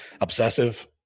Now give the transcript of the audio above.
Obsessive